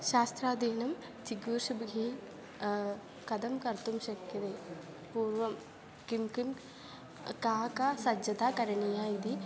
शास्त्रादीनं चिकीर्षुभिः कथं कर्तुं शक्यते पूर्वं किं किं का का सज्जता करणीया इति